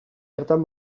hartan